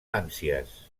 ànsies